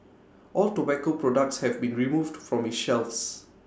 all tobacco products have been removed from its shelves